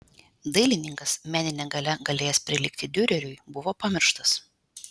dailininkas menine galia galėjęs prilygti diureriui buvo pamirštas